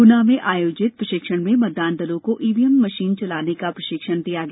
गुना में आयोजित प्रशिक्षण में मतदान दलों को ईव्हीएम मशीन चलाने का प्रशिक्षण दिया गया